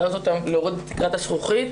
ולהוריד את תקרת הזכוכית.